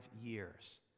years